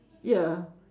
ya